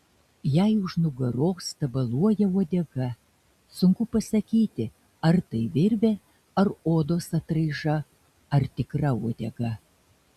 jai už nugaros tabaluoja uodega sunku pasakyti ar tai virvė ar odos atraiža ar tikra uodega